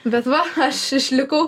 bet va aš išlikau